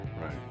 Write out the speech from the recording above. Right